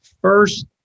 first